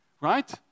right